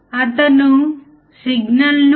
output voltage 0